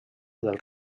del